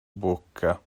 bocca